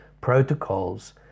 protocols